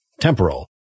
temporal